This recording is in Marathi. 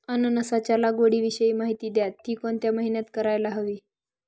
अननसाच्या लागवडीविषयी माहिती द्या, ति कोणत्या महिन्यात करायला हवी?